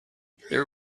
there